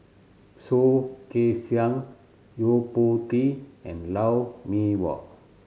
Soh Kay Siang Yo Po Tee and Lou Mee Wah